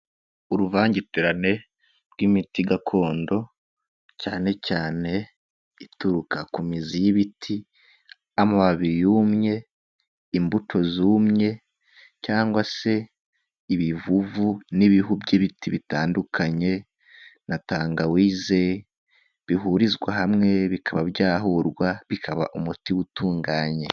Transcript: Uruvangitirane rw'imiti gakondo cyane cyane ituruka ku mizi y'ibiti, amababi yumye, imbuto zumye, cyangwa se ibivuvu n'ibihu by'ibiti bitandukanye na tangawize, bihurizwa hamwe bikaba byahurwa bikaba umuti utunganye.